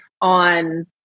on